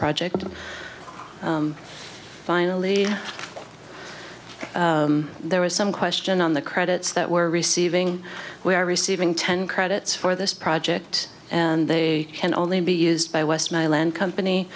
project and finally there was some question on the credits that we're receiving we are receiving ten credits for this project and they can only be used by west my land company